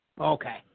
Okay